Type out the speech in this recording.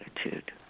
attitude